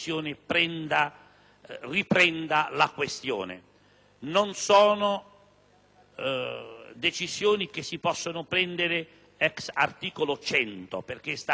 sono decisioni che si possono prendere *ex* articolo 100 del Regolamento, perché è stata una decisione abbastanza discussa. Pertanto, la prego, signor Presidente,